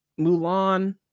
Mulan